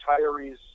retirees